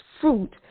fruit